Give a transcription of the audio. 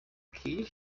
killer